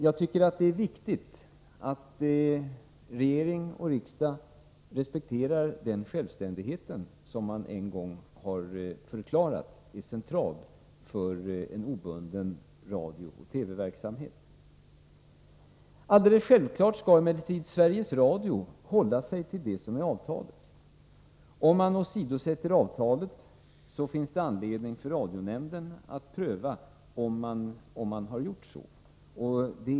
Jag tycker att det är viktigt att regering och riksdag respekterar den självständigheten, som man en gång har förklarat vara central för en obunden radiooch TV-verksamhet. Självfallet skall emellertid Sveriges Radio hålla sig till avtalet. Om man åsidosätter avtalet, så finns det anledning för radionämnden att pröva om man har gjort så.